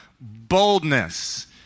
boldness